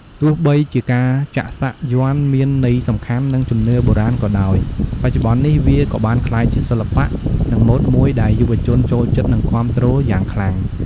ទោះបីជាការចាក់សាក់យ័ន្តមានន័យសំខាន់ និងជំនឿបុរាណក៏ដោយ បច្ចុប្បន្ននេះវាក៏បានក្លាយជាសិល្បៈនិងម៉ូដមួយដែលយុវជនចូលចិត្ត និងគាំទ្រយ៉ាងខ្លាំង។